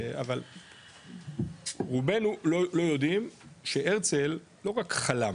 אבל רובנו לא יודעים שהרצל לא רק חלם,